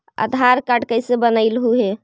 आधार card कईसे बनैलहु हे?